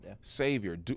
Savior